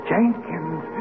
Jenkins